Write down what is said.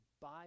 buy